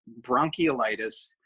bronchiolitis